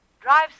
Drive